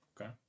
okay